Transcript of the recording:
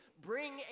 Bring